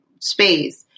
space